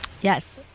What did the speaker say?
Yes